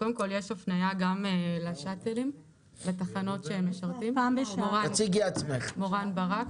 אני מורן ברק,